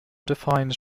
defined